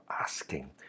asking